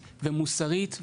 מוסרית,